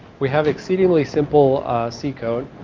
we have exceedingly simple c code.